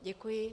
Děkuji.